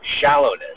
shallowness